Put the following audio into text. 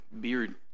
beard